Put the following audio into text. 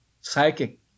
psychic